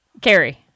Carrie